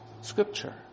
Scripture